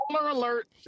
alert